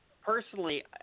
personally